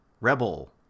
Rebel